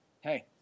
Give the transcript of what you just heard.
hey